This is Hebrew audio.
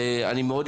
קודם כל,